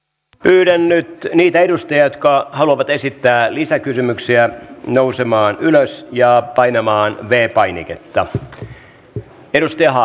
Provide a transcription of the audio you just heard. pyydän nyt niitä edustajia jotka haluavat esittää lisäkysymyksiä nousemaan ylös ja painamaan v painiketta